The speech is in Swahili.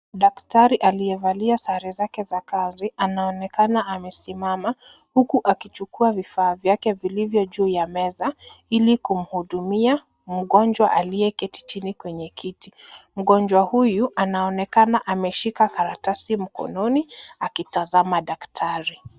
Daktari aliyevalia sare zake za kazi, anaonekana amesimama, huku akichukua vifaa vyake vilivyojuu ya meza,i li kumhudumia mgonjwa aliyeketi chini kwenye kiti. Mgonjwa huyu anaonekana ameshika karatasi mkononi, akitazama daktari.